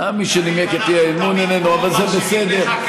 מי שנימק את האי-אמון איננו, אבל זה בסדר.